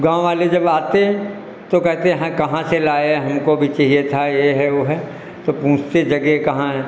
गाँव वाले जब आते तो कहते हाँ कहाँ से लाए हमको भी चाहिए था यह है वह है तो पूछते जगह कहाँ है